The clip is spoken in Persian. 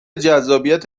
جذابیت